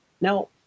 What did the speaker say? Now